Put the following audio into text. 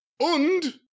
und